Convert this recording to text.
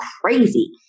crazy